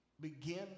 begin